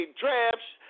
drafts